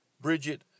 Bridget